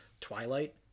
Twilight